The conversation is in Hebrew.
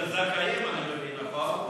זה לזכאים, אני מבין, נכון?